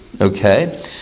Okay